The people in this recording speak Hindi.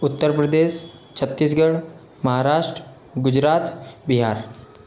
उत्तर प्रदेश छत्तीसगढ़ महाराष्ट्र गुजरात बिहार